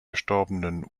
verstorbenen